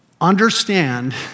Understand